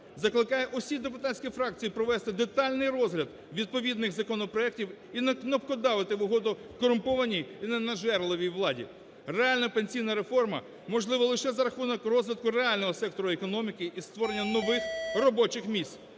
закликає всі депутатські фракції провести детальний розгляд відповідних законопроектів і не кнопкодавити в угоду корумпованій, і ненажерливій владі. Реальна пенсійна реформа можлива лише за рахунок розвитку реального сектору економіки і створення нових робочих місць.